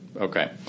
Okay